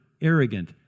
arrogant